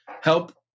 help